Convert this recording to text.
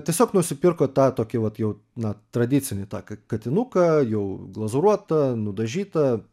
tiesiog nusipirko tą tokį vat jau na tradicinį tą ka katinuką jau glazūruotą nudažytą